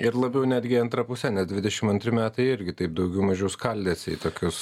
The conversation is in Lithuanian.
ir labiau netgi antra puse net dvidešimt antri metai irgi taip daugiau mažiau skaldėsi į tokius